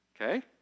Okay